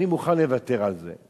אני מוכן לוותר על זה.